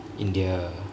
india